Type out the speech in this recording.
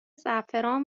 زعفران